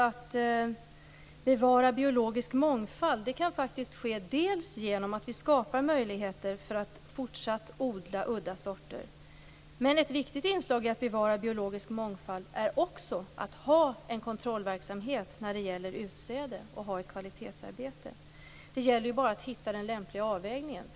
Att bevara biologisk mångfald kan faktiskt ske dels genom att vi skapar möjligheter för att fortsätta odla udda sorter, dels genom att vi har en kontrollverksamhet gällande utsäde och ett kvalitetsarbete. Det gäller bara att hitta den lämpliga avvägningen.